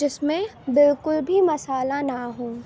جس میں بالکل بھی مسالہ نہ ہو